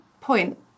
point